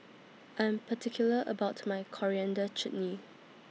I Am particular about My Coriander Chutney